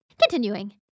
Continuing